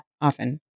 often